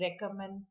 recommend